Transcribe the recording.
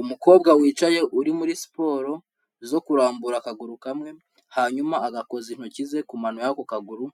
Umukobwa wicaye uri muri siporo zo kurambura akaguru kamwe, hanyuma agakoza intoki ze ku mano y'a kaguru,